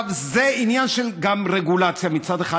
זה עניין של רגולציה מצד אחד,